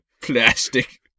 Plastic